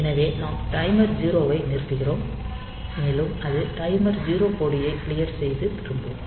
எனவே நாம் டைமர் 0 ஐ நிறுத்துகிறோம் மேலும் அது டைமர் 0 கொடியை க்ளியர் செய்து திரும்பும்